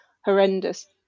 horrendous